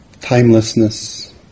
timelessness